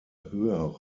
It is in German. höhere